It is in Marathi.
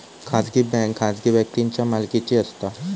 खाजगी बँक खाजगी व्यक्तींच्या मालकीची असता